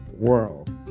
world